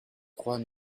trois